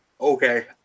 Okay